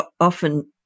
often